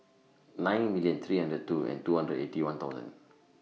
nine million three hundred and two and two hundred and Eighty One thousand